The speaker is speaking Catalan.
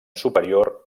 superior